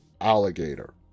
alligator